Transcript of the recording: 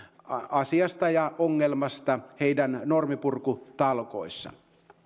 asiasta ja ongelmasta heidän normipurkutalkoissaan